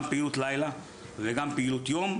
גם פעילות לילה וגם פעילות יום.